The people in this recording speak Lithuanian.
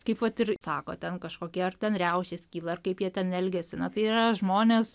kaip vat ir sako ten kažkokie ar ten riaušės kyla ar kaip jie ten elgiasi na tai yra žmonės